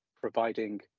providing